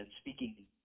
speaking